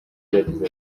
yagize